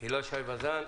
הילה שי וזאן,